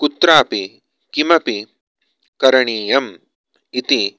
कुत्रापि किमपि करणीयम् इति